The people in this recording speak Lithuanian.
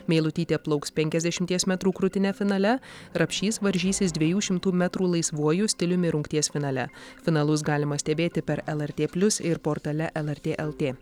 meilutytė plauks penkiasdešimties metrų krūtine finale rapšys varžysis dviejų šimtų metrų laisvuoju stiliumi rungties finale finalus galima stebėti per lrt plius ir portale lrt lt